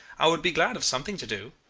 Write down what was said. i would be glad of something to do